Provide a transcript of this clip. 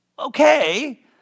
Okay